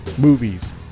movies